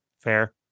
Fair